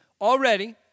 Already